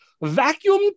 vacuum